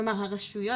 כלומר הרשויות,